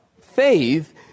Faith